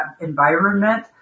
environment